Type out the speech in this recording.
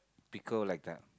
pickle like that